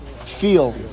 feel